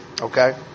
Okay